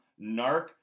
NARC